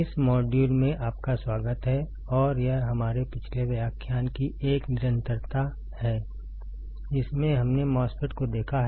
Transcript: इस मॉड्यूल में आपका स्वागत है और यह हमारे पिछले व्याख्यान की एक निरंतरता है जिसमें हमने MOSFET को देखा है